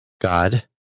God